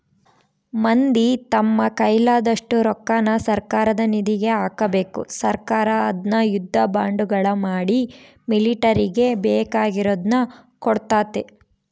ಮಂದಿ ತಮ್ಮ ಕೈಲಾದಷ್ಟು ರೊಕ್ಕನ ಸರ್ಕಾರದ ನಿಧಿಗೆ ಹಾಕಬೇಕು ಸರ್ಕಾರ ಅದ್ನ ಯುದ್ಧ ಬಾಂಡುಗಳ ಮಾಡಿ ಮಿಲಿಟರಿಗೆ ಬೇಕಿರುದ್ನ ಕೊಡ್ತತೆ